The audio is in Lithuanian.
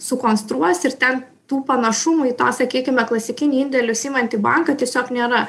sukonstruos ir ten tų panašumų į tą sakykime klasikinį indėlius imantį banką tiesiog nėra